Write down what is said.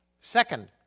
Second